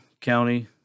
County